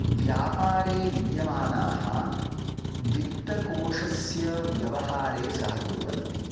व्यापारे विद्यमानाः वित्तकोषस्य व्यवहारे सहकुर्वन्ति